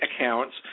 accounts